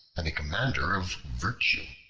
and a commender of virtue.